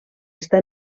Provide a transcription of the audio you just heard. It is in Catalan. està